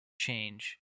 change